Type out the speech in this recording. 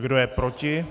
Kdo je proti?